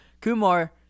Kumar